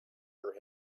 her